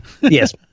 Yes